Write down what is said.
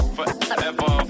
Forever